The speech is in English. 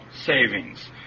savings